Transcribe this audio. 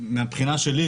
מהבחינה שלי,